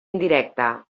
indirecta